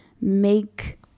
make